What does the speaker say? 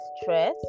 stress